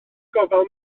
gofal